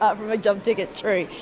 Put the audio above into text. ah from a job ticket, true.